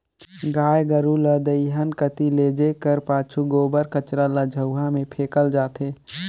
गाय गरू ल दईहान कती लेइजे कर पाछू गोबर कचरा ल झउहा मे फेकल जाथे